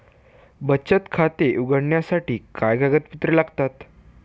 बचत खाते उघडण्यासाठी काय कागदपत्रे लागतात?